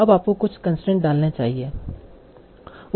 अब आपको कुछ कंसट्रेंट डालने चाहिए